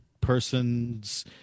person's